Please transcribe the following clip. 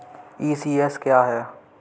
ECS क्या है?